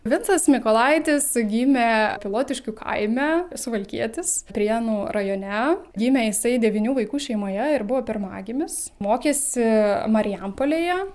vincas mykolaitis gimė pilotiškių kaime suvalkietis prienų rajone gimė jisai devynių vaikų šeimoje ir buvo pirmagimis mokėsi marijampolėje